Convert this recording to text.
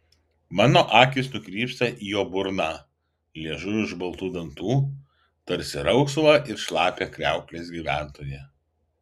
mano akys nukrypsta į jo burną liežuvį už baltų dantų tarsi rausvą ir šlapią kriauklės gyventoją